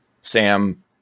Sam